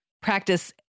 practice